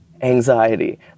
anxiety